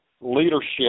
leadership